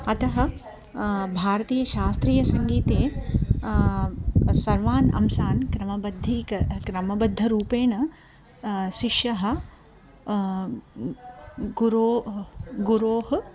अतः भारतीयशास्त्रीयसङ्गीते सर्वान् अंशान् क्रमबद्धीकः क्रमबद्धरूपेण शिष्यः गुरो गुरोः